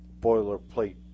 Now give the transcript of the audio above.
boilerplate